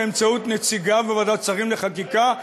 באמצעות נציגיו בוועדת השרים לחקיקה,